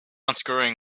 unscrewing